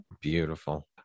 Beautiful